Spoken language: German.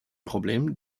problem